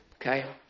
Okay